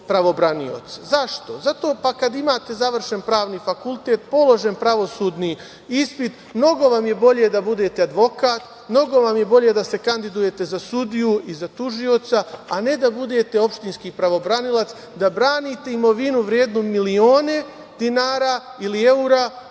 pravobranioca. Zašto? Kada imate završen pravni fakultet, položen pravosudni ispit, mnogo vam je bolje da budete advokat, mnogo vam je bolje da se kandidujete za sudiju i za tužioca, a ne da budete opštinski pravobranilac, da branite imovinu vrednu milione dinara ili evra,